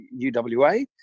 UWA